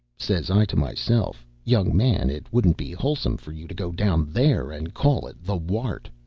says i to myself, young man, it wouldn't be wholesome for you to go down there and call it the wart.